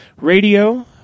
radio